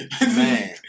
Man